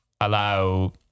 allow